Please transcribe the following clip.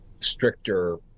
stricter